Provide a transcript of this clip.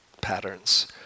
patterns